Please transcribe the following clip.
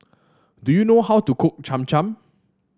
do you know how to cook Cham Cham